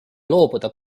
loobuda